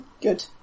Good